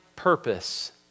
purpose